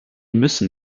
müssen